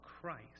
Christ